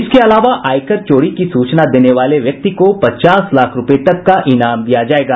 इसके अलावा आयकर चोरी की सूचना देने वाले व्यक्ति को पचास लाख रुपये तक का ईनाम दिया जाएगा